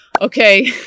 okay